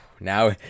Now